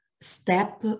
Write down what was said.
step